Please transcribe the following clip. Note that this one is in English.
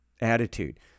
attitude